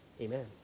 Amen